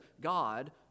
God